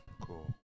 Cool